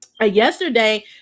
yesterday